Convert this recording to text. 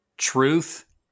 truth